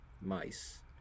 mice